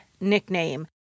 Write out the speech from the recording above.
nickname